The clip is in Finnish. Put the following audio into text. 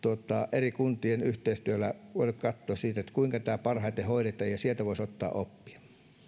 eri kuntien yhteistyöllä voidaan katsoa kuinka tämä parhaiten hoidetaan ja sieltä voisi ottaa oppia